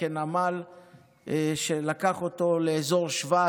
נמל שלקח אותו לאזור שבא,